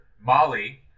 Molly